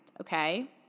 okay